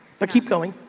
but keep going.